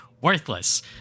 worthless